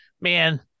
man